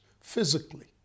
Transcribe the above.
physically